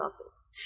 office